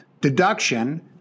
deduction